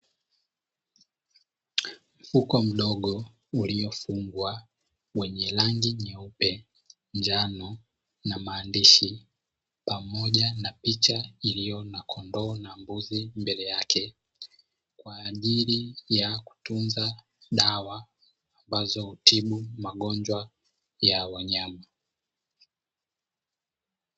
Mfuko mdogo uliofungwa wenye rangi nyeupe, njano na maandishi, pamoja na picha iliyo na kondoo na mbuzi mbele yake kwa ajili ya kutunza dawa ambazo hutibu magonjwa ya wanyama.